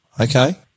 Okay